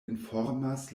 informas